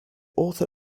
author